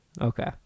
Okay